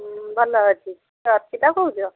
ଭଲ ଅଛି କିଏ ଅର୍ପିତା କହୁଛ